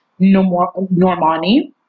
Normani